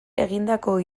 egindako